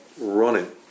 running